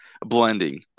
blending